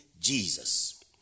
Jesus